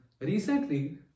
recently